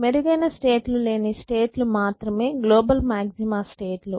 మెరుగైన స్టేట్ లు లేని స్టేట్ లు మాత్రమే గ్లోబల్ మాగ్జిమా స్టేట్ లు